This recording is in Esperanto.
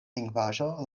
lingvaĵo